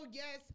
yes